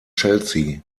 chelsea